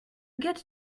get